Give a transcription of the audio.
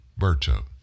Berto